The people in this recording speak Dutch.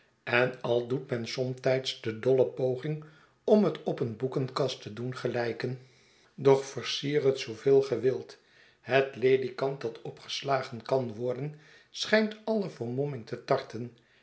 en al doet men somtijds de dolle poging om het op een boekenkast te doen gelijken ill i f mil schetsen van boz doch versier het zooveel ge wilt het ledikant dat opgeslagen kan worden schijnt alle vermomming te tarten